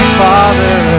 father